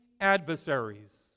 adversaries